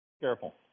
careful